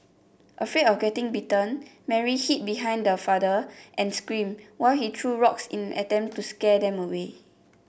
afraid of getting bitten Mary hid behind her father and screamed while he threw rocks in an attempt to scare them away